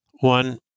One